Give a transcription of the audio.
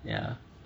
ya